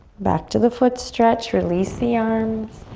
back to the foot stretch. release the arms.